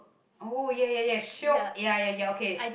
oh ya ya ya shiok ya ya ya okay